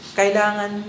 kailangan